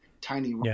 tiny